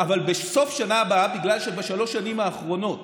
אבל בסוף השנה הבאה, בגלל שבשלוש השנים האחרונות